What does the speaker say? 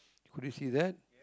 could you see that